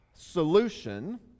Solution